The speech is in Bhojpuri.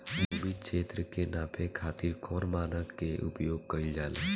भूमि क्षेत्र के नापे खातिर कौन मानक के उपयोग कइल जाला?